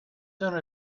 soon